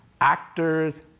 actors